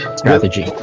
strategy